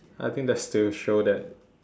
I think that's to show that